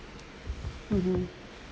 mmhmm